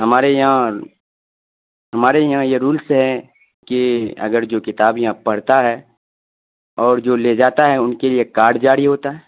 ہمارے یہاں ہمارے یہاں یہ رولز ہیں کہ اگر جو کتاب یہاں پڑھتا ہے اور جو لے جاتا ہے ان کے لیے ایک کارڈ جاری ہوتا ہے